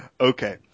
Okay